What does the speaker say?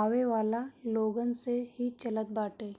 आवेवाला लोगन से ही चलत बाटे